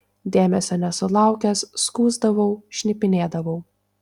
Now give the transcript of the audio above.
dėmesio nesulaukęs skųsdavau šnipinėdavau